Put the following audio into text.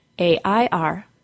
A-I-R